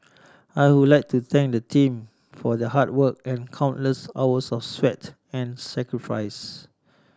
I would like to thank the team for their hard work and countless hours of sweat and sacrifice